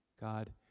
god